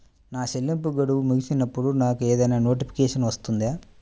నా చెల్లింపు గడువు ముగిసినప్పుడు నాకు ఏదైనా నోటిఫికేషన్ వస్తుందా?